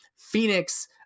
Phoenix